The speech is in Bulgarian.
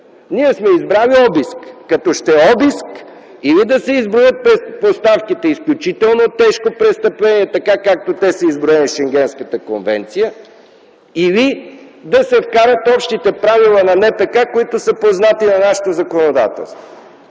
Ние сме избрали обиска. Като ще е обиск, или да се изброят предпоставките – изключително тежко престъпление, така, както те са изброени в Шенгенската конвенция, или да се вкарат общите правила на НПК, които са познати на нашето законодателство.